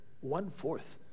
One-fourth